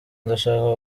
ndashaka